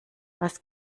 was